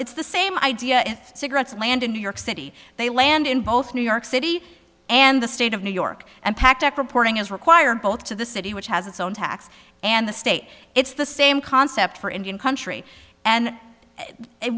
it's the same idea if cigarettes land in new york city they land in both new york city and the state of new york and packed up reporting as required both to the city which has its own tax and the state it's the same concept for indian country and it